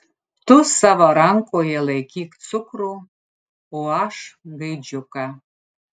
tu savo rankoje laikyk cukrų o aš gaidžiuką